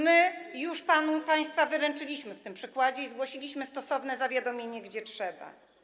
My już państwa wyręczyliśmy w tym przykładzie i zgłosiliśmy stosowne zawiadomienie, gdzie trzeba.